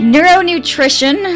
Neuronutrition